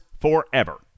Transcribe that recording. forever